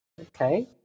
Okay